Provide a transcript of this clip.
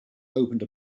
opened